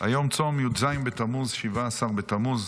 היום צום י"ז בתמוז, 17 בתמוז.